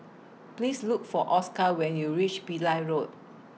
Please Look For Oscar when YOU REACH Pillai Road